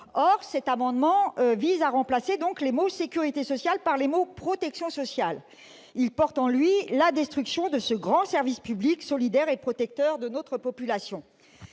? Cet amendement tend à remplacer les mots :« sécurité sociale » par les mots :« protection sociale ». Il porte en lui la destruction de ce grand service public solidaire et protecteur de notre population.